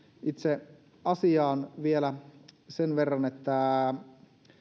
itse asiaan vielä sen verran että